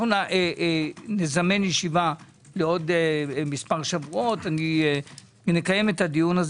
אנו נזמן ישיבה לעוד מספר שבועות ונקים את הדיון.